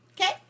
Okay